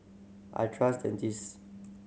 I trust Dentist